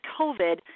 COVID